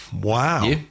wow